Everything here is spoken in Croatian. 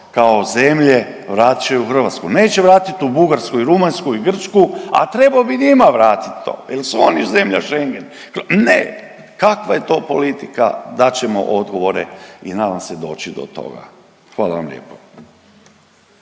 kao zemlje vraćaju u Hrvatsku. Neće vratit u Bugarsku i Rumunjsku i Grčku, a trebo bi njima vratit to jer su oni zemlja Schengen. Ne, kakva je to politika dat ćemo odgovore i nadam se doći do toga. Hvala vam lijepo.